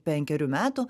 penkerių metų